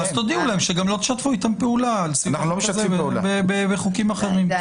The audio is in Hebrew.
אז תודיעו להם שלא תשתפו איתם פעולה בחוקים אחרים.